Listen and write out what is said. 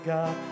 God